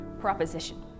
proposition